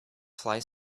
fly